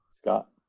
Scott